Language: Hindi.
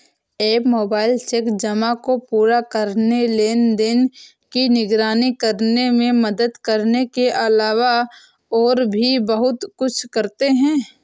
एप मोबाइल चेक जमा को पूरा करने, लेनदेन की निगरानी करने में मदद करने के अलावा और भी बहुत कुछ करते हैं